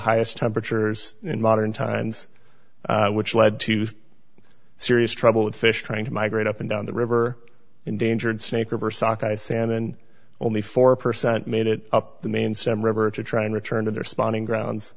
highest temperatures in modern times which led to serious trouble with fish trying to migrate up and down the river endangered snake river sockeye salmon only four percent made it up the main stem river to try and return to their spawning grounds